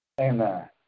amen